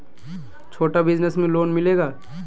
छोटा बिजनस में लोन मिलेगा?